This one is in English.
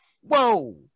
Whoa